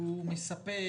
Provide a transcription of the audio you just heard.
הוא מספק?